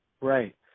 right